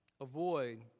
avoid